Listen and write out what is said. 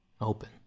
open